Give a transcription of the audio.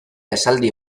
esaldi